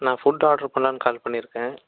நான் food order பண்ணலானு call பண்ணியிருக்கேன்